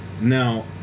now